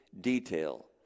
detail